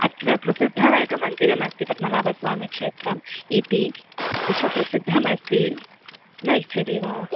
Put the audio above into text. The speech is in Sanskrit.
अत्र प्रसिद्धम् एकं मन्दिरमस्ति पद्मनाभस्वामि क्षेत्रम् इति विश्वप्रसिद्धमस्ति न इच्छति वा